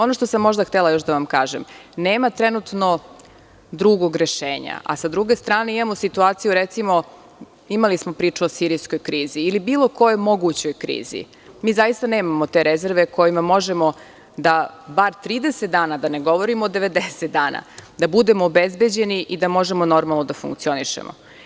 Ono što sam možda htela još da vam kažem, nema trenutno drugog rešenja, a sa druge strane imamo situaciju, recimo, imali smo priču o sirijskoj krizi ili bilo kojoj mogućoj krizi, mi zaista nemamo te rezerve kojima možemo da bar 30 dana, da ne govorim o 90 dana, budemo obezbeđeni i da možemo normalno da funkcionišemo.